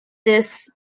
this